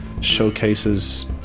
showcases